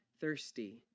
thirsty